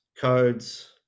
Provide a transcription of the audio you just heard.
codes